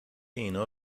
اینا